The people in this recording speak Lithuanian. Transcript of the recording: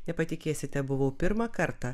nepatikėsite buvau pirmą kartą